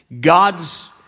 God's